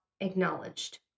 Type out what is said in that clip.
acknowledged